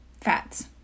fats